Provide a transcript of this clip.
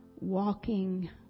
walking